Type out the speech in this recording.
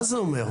מה זה אומר?